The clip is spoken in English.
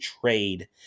trade